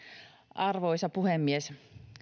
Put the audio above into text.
arvoisa puhemies